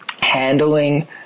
handling